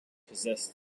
possessed